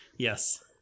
yes